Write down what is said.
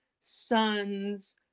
son's